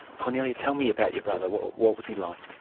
kornelia, tell me about your brother what what was he like?